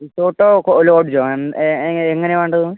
risotto ലോഡ്ജോ എങ്ങനെ എങ്ങനെയാണ് വേണ്ടത്